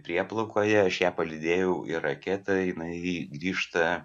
prieplaukoje aš ją palydėjau į raketą jinai grįžta